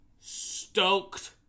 Stoked